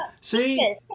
See